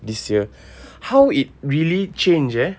this year how it really change eh